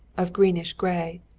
of greenish gray.